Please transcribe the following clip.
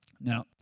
Now